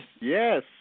Yes